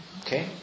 Okay